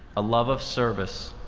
a love of service,